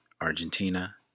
Argentina